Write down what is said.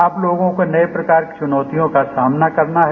आप लोगों को नए प्रकार की चुनौतियों का सामना करना है